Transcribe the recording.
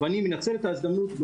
בשנתיים האחרונות,